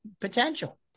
potential